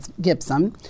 Gibson